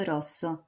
Rosso